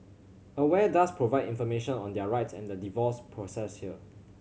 aware does provide information on their rights and the divorce process here